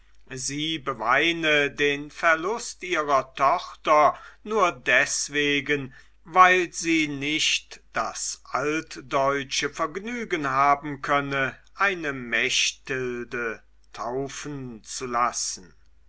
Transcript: sie beweine den verlust ihrer tochter nur deswegen weil sie nicht das altdeutsche vergnügen haben könne eine mechtilde taufen zu lassen